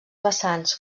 vessants